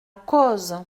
cozes